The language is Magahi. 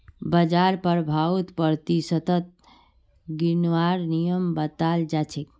बाजार प्रभाउक प्रतिशतत गिनवार नियम बताल जा छेक